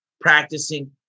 practicing